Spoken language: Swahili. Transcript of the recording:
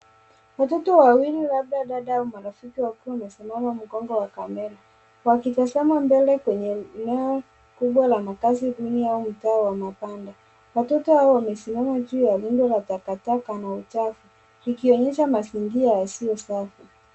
Watoto wawili labda dada au marafiki wakiwa wamesimama mgongo wa kamera wakitazama mbele kwenye eneo mkubwa wa makazi duni au mtaa wa mabanda. Watoto hawa wamesimama juu ya rundo la takataka na uchafu ikionyesha mazingira yasiyo safi.